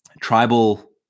tribal